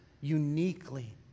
uniquely